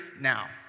now